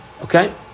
Okay